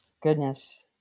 goodness